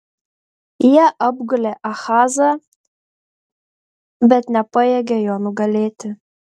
jie apgulė ahazą bet nepajėgė jo nugalėti